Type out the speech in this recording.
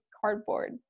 cardboard